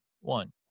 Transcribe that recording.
one